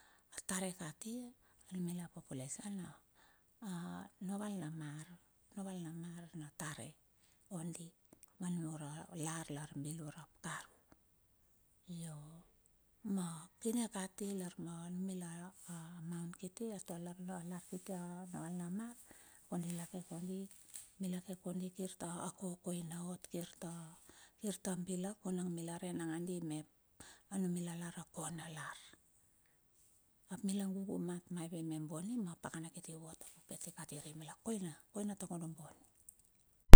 A tare kati. a numila population a noval na mar, noval na mar na tare ondi, ma nung uralar, lar bilur ap karu. Ionge ma kine kati lar ma numila lar kiti lar noval na mar kondi la ke kondi mi lake kondi kirta a kokoina ot. Kirta bilak vunang mila rei langadi mep, anumila lar, akona lar, ap mila gugu mat maive me boney ma pakana kiti uvot apu pet i kati remila koina, koina takonda boney.